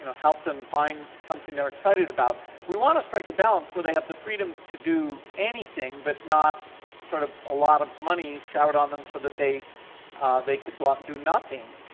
and help them find something they're excited about. we want to strike a balance where they have the freedom to do anything but not sort of a lot of money showered on them so they they could go out and do nothing.